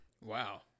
Wow